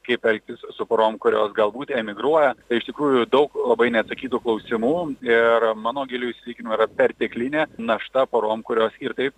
kaip elgtis su porom kurios galbūt emigruoja tai iš tikrųjų daug labai neatsakytų klausimų ir mano giliu įsitikinimu yra perteklinė našta porom kurios ir taip